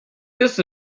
this